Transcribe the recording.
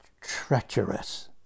Treacherous